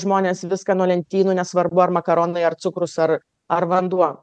žmonės viską nuo lentynų nesvarbu ar makaronai ar cukrus ar ar vanduo